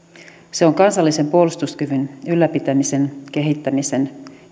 se on kansallisen puolustuskyvyn ylläpitämisen kehittämisen